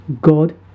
God